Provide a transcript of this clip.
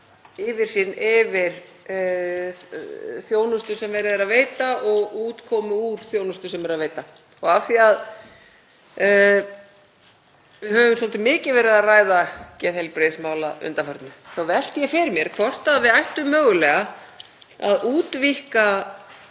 yfirsýn yfir þjónustu sem verið er að veita og útkomu úr þjónustu sem verið er að veita. Af því að við höfum svolítið mikið verið að ræða geðheilbrigðismál að undanförnu þá velti ég fyrir mér hvort við ættum mögulega að útvíkka